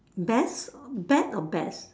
best bet or best